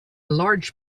large